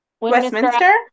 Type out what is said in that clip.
Westminster